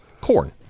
corn